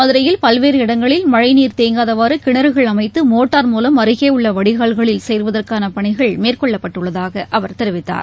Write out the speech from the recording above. மதுரையில் பல்வேறு இடங்களில் மழைநீர் தேங்காதவாறுகிணறுகள் அமைத்தமோட்டார் மூலம் அருகேஉள்ளவடிகால்களில் சேர்வதற்கானபணிகள் மேற்கொள்ளப்பட்டுள்ளதாகஅவர் தெரிவித்தார்